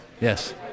yes